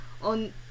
on